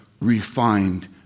refined